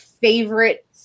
favorite